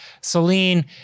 Celine